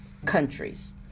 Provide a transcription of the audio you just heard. countries